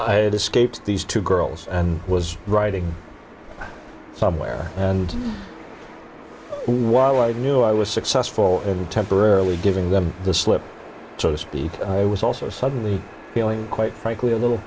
escaped these two girls and was writing somewhere and while i knew i was successful in temporarily giving them the slip so to speak i was also suddenly feeling quite frankly a little